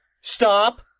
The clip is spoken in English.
Stop